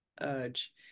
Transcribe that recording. urge